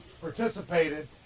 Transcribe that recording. participated